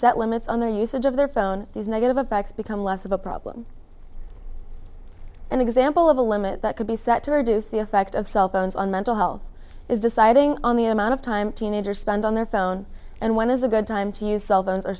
set limits on their usage of their phone these negative attacks become less of a problem an example of a limit that could be set to reduce the effect of cell phones on mental health is deciding on the amount of time teenagers spend on their phone and when is a good time to use cell phones